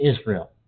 Israel